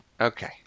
Okay